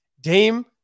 Dame